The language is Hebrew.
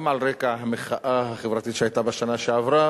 גם על רקע המחאה החברתית שהיתה בשנה שעברה